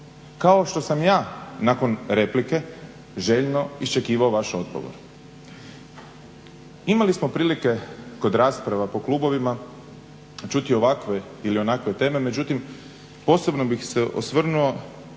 Kao što sam ja nakon replike željno iščekivao vaš odgovor. Imali smo prilike kod rasprava po klubovima čuti ovakve ili onakve teme. Međutim, posebno bih se osvrnuo